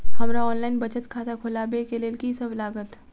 हमरा ऑनलाइन बचत खाता खोलाबै केँ लेल की सब लागत?